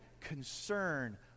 concern